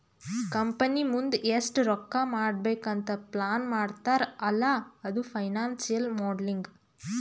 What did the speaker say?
company ಮುಂದ್ ಎಷ್ಟ ರೊಕ್ಕಾ ಮಾಡ್ಬೇಕ್ ಅಂತ್ ಪ್ಲಾನ್ ಮಾಡ್ತಾರ್ ಅಲ್ಲಾ ಅದು ಫೈನಾನ್ಸಿಯಲ್ ಮೋಡಲಿಂಗ್